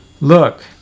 Look